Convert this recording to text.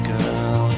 Girl